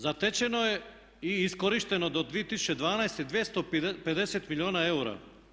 Zatečeno je i iskorišteno do 2012. 250 milijuna eura.